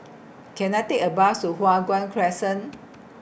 Can I Take A Bus to Hua Guan Crescent